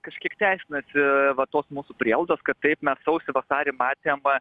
kažkiek teisinasi va tos mūsų prielaidos kad taip mes sausį vasarį matėm